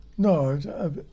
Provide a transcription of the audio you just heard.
No